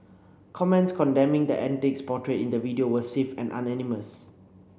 comments condemning the antics portrayed in the video were swift and unanimous